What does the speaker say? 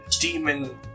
demon